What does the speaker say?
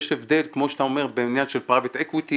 יש הבדל כמו שאתה אומר בין עניין של פרייבט אקוויטי